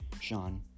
Sean